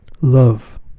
love